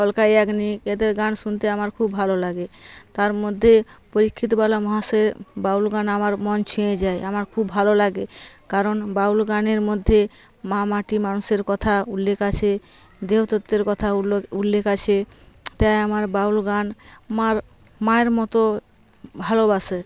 অলকা ইয়াগনিক এদের গান শুনতে আমার খুব ভালো লাগে তার মধ্যে পরীক্ষিত বালা মহাশয়ের বাউল গান আমার মন ছুঁয়ে যায় আমার খুব ভালো লাগে কারণ বাউল গানের মধ্যে মা মাটি মানুষের কথা উল্লেখ আছে দেহতত্ত্বের কথা উল্লো উল্লেখ আছে তাই আমার বাউল গান মার মায়ের মতো ভালোবাসে